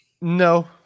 No